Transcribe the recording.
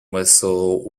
whistle